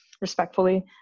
respectfully